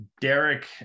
Derek